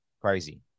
crazy